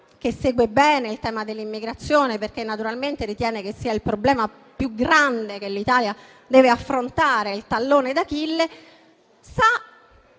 che segue bene il tema dell'immigrazione perché naturalmente ritiene che sia il problema più grande che l'Italia deve affrontare, il suo tallone d'Achille, sa